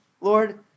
Lord